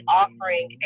offering